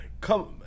come